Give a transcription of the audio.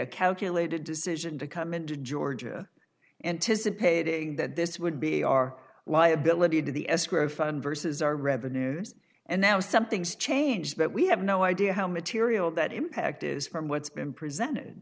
a calculated decision to come into georgia anticipating that this would be our liability to the escrow fund versus our revenues and now something's changed that we have no idea how material that impact is from what's been presented